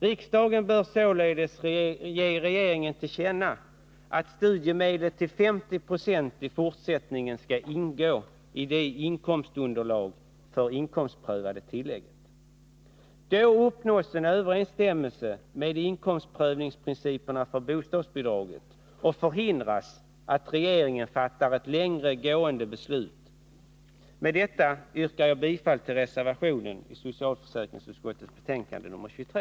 Riksdagen bör således ge regeringen till känna att studiemedel till 50 96 i fortsättningen skall ingå i inkomstunderlaget för inkomstprövat tillägg. Då uppnås en överensstämmelse med inkomstprövningsprinciperna för bostadsbidraget och förhindras att regeringen fattar ett längre gående beslut. Med detta yrkar jag bifall till den reservation som är fogad till socialförsäkringsutskottets betänkande nr 23.